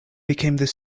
became